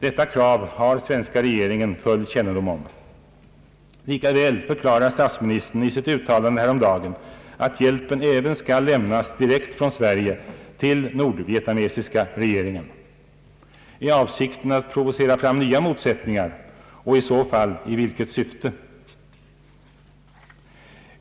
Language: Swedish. Detta krav har svenska regeringen full kännedom om. Lika väl förklarar statsministern i sitt uttalande häromdagen, att hjälpen även skall lämnas direkt från Sverige till den nordvietnamesiska regeringen. Är avsikten att provocera fram nya motsättningar, och i så fall i vilket syfte?